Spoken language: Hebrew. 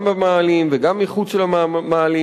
גם במאהלים וגם מחוץ למאהלים,